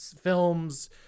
films